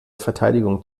verteidigung